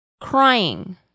crying